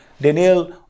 Daniel